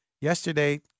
yesterday